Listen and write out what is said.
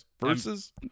Versus